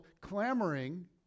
clamoring